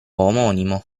omonimo